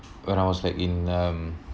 when I was like in um